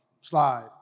slide